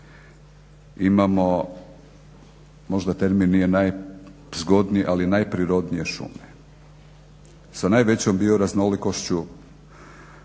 imamo možda termin nije najzgodniji ali najprirodnije šume sa najvećom bioraznolikošću,